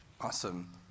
Awesome